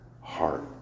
heart